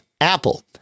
Apple